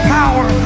power